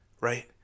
right